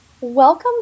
Welcome